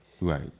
Right